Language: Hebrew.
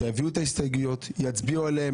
שיביאו את ההסתייגויות, יצביעו עליהן.